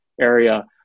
area